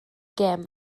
gêm